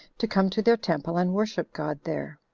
to come to their temple and worship god there.